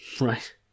right